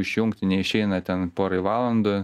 išjungti neišeina ten porai valandų